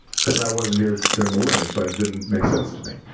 cause i wasn't here during the winter so it didn't make sense to me.